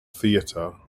theatre